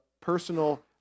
personal